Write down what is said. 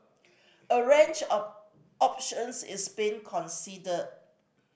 a range of options is being considered